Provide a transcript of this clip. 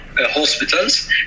hospitals